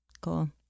cool